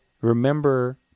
Remember